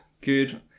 Good